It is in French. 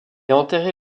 enterré